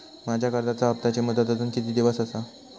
माझ्या कर्जाचा हप्ताची मुदत अजून किती दिवस असा?